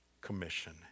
Commission